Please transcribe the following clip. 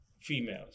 females